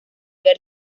ver